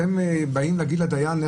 אתם באים להגיד לדיין?